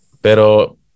Pero